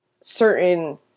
certain